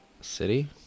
city